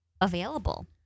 available